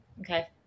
Okay